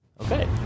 Okay